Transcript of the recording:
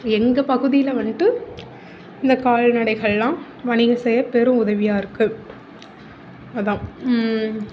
எங்கள் பகுதியில் வந்துட்டு இந்த கால்நடைகளெலாம் வணிகம் செய்ய பெரும் உதவியாக இருக்குது அதுதான்